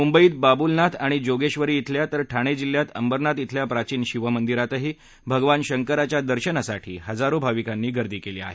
मुंबईत बाबुलनाथ आणि जोगेश्वरी इथल्या तर ठाणे जिल्ह्यात अंबरनाथ इथल्या प्राचीन शिवमंदिरातही भगवान शंकराच्या दर्शनासाठी हजारो भाविकांनी गर्दी केली आहे